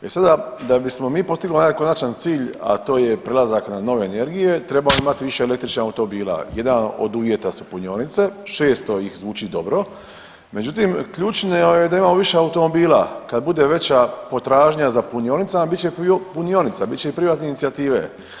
E sada da bismo mi postigli onaj konačan cilj, a to je prelazak na nove energije, trebamo imat više električnih automobila, jedan od uvjeta su punionice, 600 ih zvuči dobro, međutim ključno je ovaj da imamo više automobila, kad bude veća potražnja za punionicama bit će punionica, bit će i privatne inicijative.